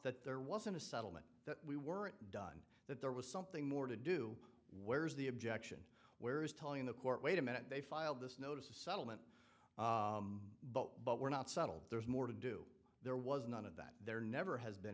that there wasn't a settlement that we weren't done that there was something more to do where's the objection where is telling the court wait a minute they filed this notice a settlement but but we're not settled there's more to do there was none of that there never has been